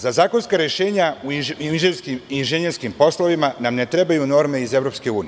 Za zakonska rešenja u inženjerskim poslovima nam ne trebaju norme iz EU.